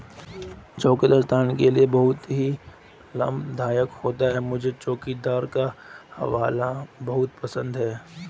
चुकंदर स्वास्थ्य के लिए बहुत ही लाभदायक होता है मुझे चुकंदर का हलवा बहुत पसंद है